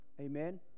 amen